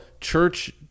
church